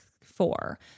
four